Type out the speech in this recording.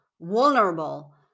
vulnerable